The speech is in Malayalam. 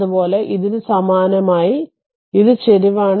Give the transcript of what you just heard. അതുപോലെ ഇതിന് സമാനമായി ഇത് ചരിവാണ്